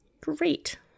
Great